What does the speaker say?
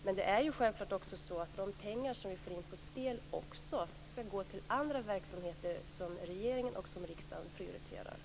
Men det är ju självklart så att de pengar som vi får in på spel också skall gå till andra verksamheter som regeringen och riksdagen prioriterar.